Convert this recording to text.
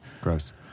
Gross